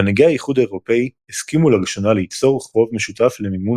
מנהיגי האיחוד האירופי הסכימו לראשונה ליצור חוב משותף למימון